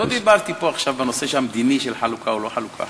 לא דיברתי פה בנושא המדיני של חלוקה או לא חלוקה.